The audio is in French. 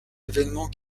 événements